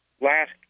last